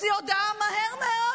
הוציא הודעה מהר מאוד,